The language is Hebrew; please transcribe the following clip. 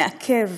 מעכב,